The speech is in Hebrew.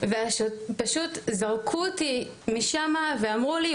ופשוט זרקו אותי משם ואמרו לי,